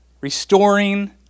restoring